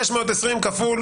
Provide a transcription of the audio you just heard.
620,000 כפול